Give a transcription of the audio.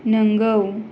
नोंगौ